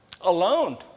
alone